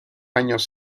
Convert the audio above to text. años